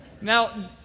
Now